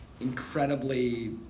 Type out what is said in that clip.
incredibly